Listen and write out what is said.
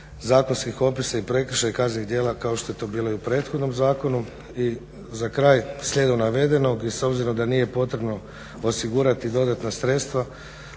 zakonskih opisa i prekršaja kaznenih djela kao što je to bilo i u prethodnom zakonu. I za kraj, slijedom navedenog i s obzirom da nije potrebno osigurati dodatna sredstva